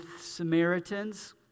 Samaritans